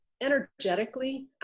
energetically